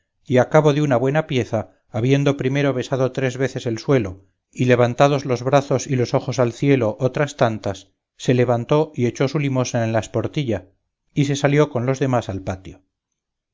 y a cabo de una buena pieza habiendo primero besado tres veces el suelo y levantados los brazos y los ojos al cielo otras tantas se levantó y echó su limosna en la esportilla y se salió con los demás al patio